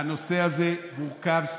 הנושא הזה מורכב,